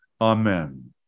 Amen